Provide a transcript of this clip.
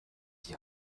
die